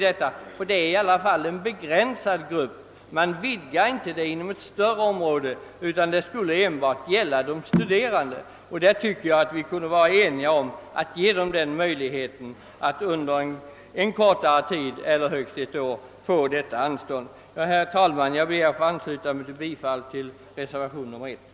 Det rör sig i alla fall om en begränsad grupp. Jag anser att vi kunde vara eniga om att ge dem möjlighet att få anstånd för en kortare tid — högst ett år. Herr talman! Jag ber att få ansluta